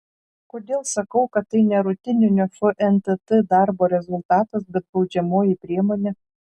kodėl sakau kad tai ne rutininio fntt darbo rezultatas bet baudžiamoji priemonė